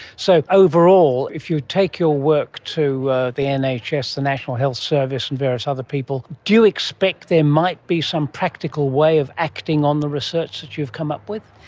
so overall if you take your work to the and nhs, the national health service, and various other people, do you expect there might be some practical way of acting on the research that you've come up with?